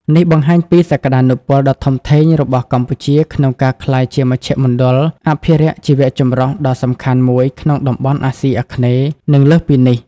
នេះបង្ហាញពីសក្តានុពលដ៏ធំធេងរបស់កម្ពុជាក្នុងការក្លាយជាមជ្ឈមណ្ឌលអភិរក្សជីវៈចម្រុះដ៏សំខាន់មួយក្នុងតំបន់អាស៊ីអាគ្នេយ៍ និងលើសពីនេះ។